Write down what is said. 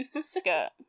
skirt